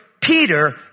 Peter